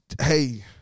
hey